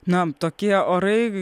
na tokie orai